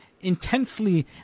intensely